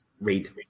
read